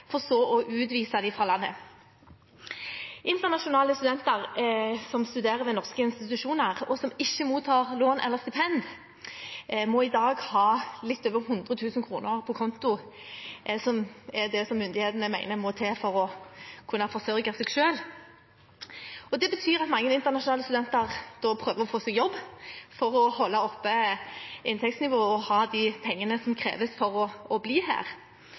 for så å utvise dem fra landet. Internasjonale studenter som studerer ved norske institusjoner, og som ikke mottar lån eller stipend, må i dag ha litt over 100 000 kr på konto – som er det myndigheten mener må til for å kunne forsørge seg selv. Det betyr at mange internasjonale studenter prøver å få seg jobb for å holde oppe inntektsnivået og ha de pengene som kreves for å bli her.